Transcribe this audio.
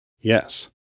Yes